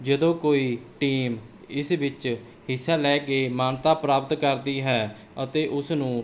ਜਦੋਂ ਕੋਈ ਟੀਮ ਇਸ ਵਿੱਚ ਹਿੱਸਾ ਲੈ ਕੇ ਮਾਨਤਾ ਪ੍ਰਾਪਤ ਕਰਦੀ ਹੈ ਅਤੇ ਉਸਨੂੰ